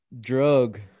drug